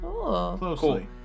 closely